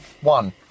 one